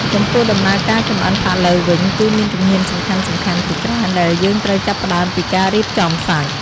ចំពោះ ដំណើរការចម្អិនផាក់ឡូវវិញ គឺមានជំហានសំខាន់ៗជាច្រើន ដែលយើងត្រូវចាប់ផ្ដើមពីការរៀបចំសាច់។